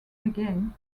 again